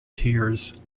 tears